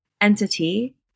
entity